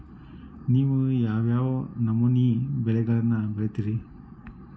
ನೇವು ಯಾವ್ ಯಾವ್ ನಮೂನಿ ಬೆಳಿಗೊಳನ್ನ ಬಿತ್ತತಿರಿ?